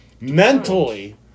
mentally